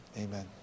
Amen